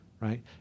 right